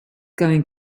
going